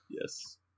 Yes